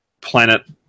planet